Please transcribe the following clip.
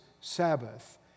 Sabbath